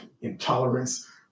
intolerance